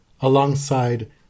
alongside